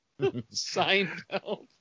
Seinfeld